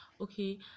okay